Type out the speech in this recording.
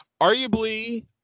Arguably